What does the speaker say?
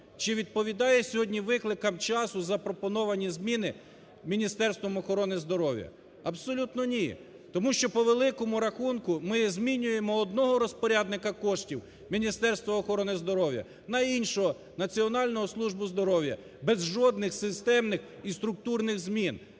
Чи відповідає сьогодні викликам часу запропоновані зміни Міністерством охорони здоров'я? Абсолютно ні. Тому що по великому рахунку ми змінюємо одного розпорядника коштів – Міністерство охорони здоров'я на іншого – Національну службу здоров'я, без жодних системних і структурних змін.